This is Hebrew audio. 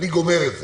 אני גומר את זה,